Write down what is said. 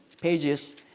pages